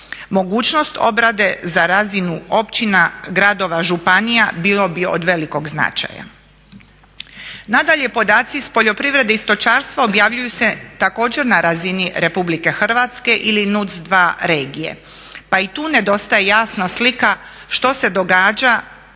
Mogućnost obrade za razinu općina, gradova, županija bilo bi od velikog značaja. Nadalje, podaci iz poljoprivrede i stočarstva objavljuju se također na razini RH ili NUC2 regije, pa i tu nedostaje jasna slika što se događa